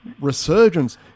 resurgence